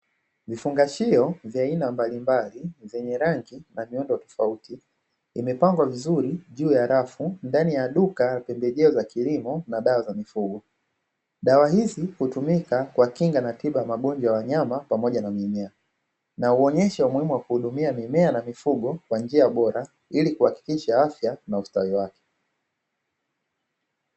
Vifungashio vya aina mbalimbali vyenye rangi na miundo tofauti, vimepangwa vizuri juu ya rafu ndani ya duka pembejeo za kilimo na dawa za mifugo. Dawa hizi hutumika kwa kinga na tiba ya magonjwa ya wanyama pamoja na mimea, na huonyesha umuhimu wa kuhudumia mimea na mifugo kwa njia bora ili kuhakikisha afya na ustawi wake.